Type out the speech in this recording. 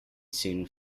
soon